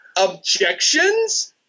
Objections